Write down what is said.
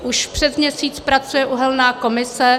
Už přes měsíc pracuje uhelná komise.